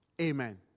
Amen